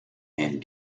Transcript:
and